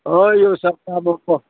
हँ यौ सस्ता